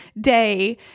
day